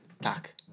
Tak